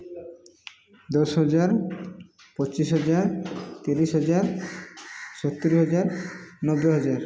ଦଶ ହଜାର ପଚିଶ ହଜାର ତିରିଶ ହଜାର ସତୁରୀ ହଜାର ନବେ ହଜାର